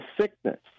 sickness